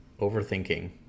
Overthinking